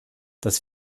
dass